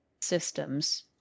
systems